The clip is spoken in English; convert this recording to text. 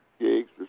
gigs